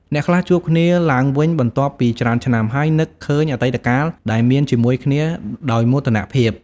អ្នកខ្លះជួបគ្នាឡើងវិញបន្ទាប់ពីច្រើនឆ្នាំ ហើយនឹកឃើញអតីតកាលដែលមានជាមួយគ្នាដោយមោទនភាព។